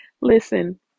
Listen